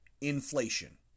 inflation